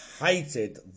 hated